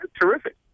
Terrific